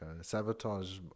sabotage